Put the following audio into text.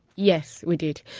yes, we did.